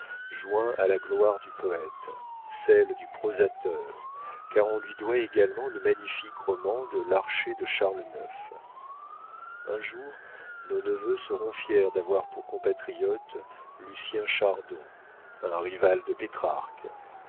joint à la gloire du poète celle du prosateur car on lui doit également le magnifique roman de l'archer de charles ix un jour nos neveux seront fiers d'avoir pour compatriote lucien chardon un rival de pétrarque